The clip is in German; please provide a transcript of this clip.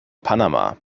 panama